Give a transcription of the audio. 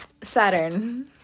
Saturn